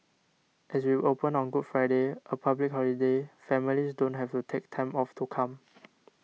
as we open on Good Friday a public holiday families don't have to take time off to come